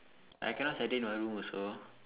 I cannot study in my room also